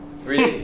Three